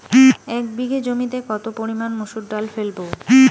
এক বিঘে জমিতে কত পরিমান মুসুর ডাল ফেলবো?